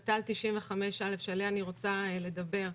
תת"ל 95א שעליה אני רוצה לדבר,